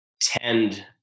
tend